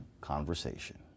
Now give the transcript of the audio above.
conversation